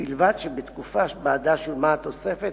ובלבד שבתקופה שבעדה שולמה התוספת